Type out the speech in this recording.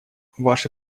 ваше